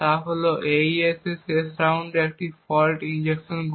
তা হল AES এর শেষ রাউন্ডে একটি ফল্ট ইনজেকশন করা